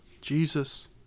Jesus